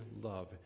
love